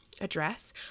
address